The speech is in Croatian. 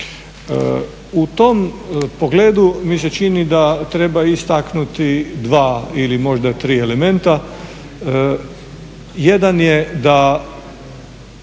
U tom pogledu mi se čini da treba istaknuti dva ili možda tri elementa. Jedan je da